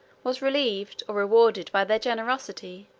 was relieved, or rewarded by their generosity.